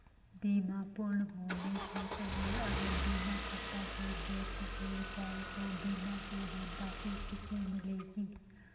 बीमा पूर्ण होने से पहले अगर बीमा करता की डेथ हो जाए तो बीमा की धनराशि किसे मिलेगी?